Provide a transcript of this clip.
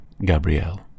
Gabrielle